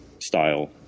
style